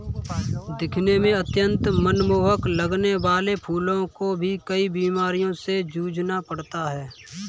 दिखने में अत्यंत मनमोहक लगने वाले फूलों को भी कई बीमारियों से जूझना पड़ता है